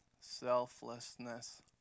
Selflessness